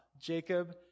Jacob